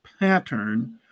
pattern